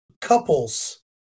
couples